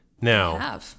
Now